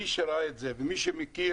מי שראה את זה, מי שמכיר,